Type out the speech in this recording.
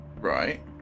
Right